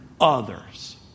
others